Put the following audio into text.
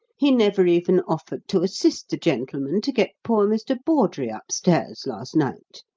he never even offered to assist the gentlemen to get poor mr. bawdrey upstairs last night.